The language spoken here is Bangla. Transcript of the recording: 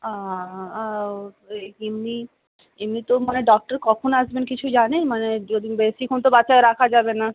এমনি এমনিতেও মানে ডক্টর কখন আসবেন কিছু জানেন মানে যদি বেশিক্ষণ তো বাচ্চা রাখা যাবে না